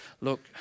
look